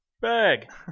bag